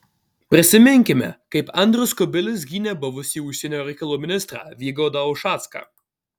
prisiminkime kaip andrius kubilius gynė buvusį užsienio reikalų ministrą vygaudą ušacką